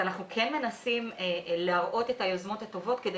אנחנו כן מנסים להראות את היוזמות הטובות כדי